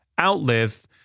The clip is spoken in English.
Outlive